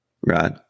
Right